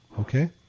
okay